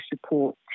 support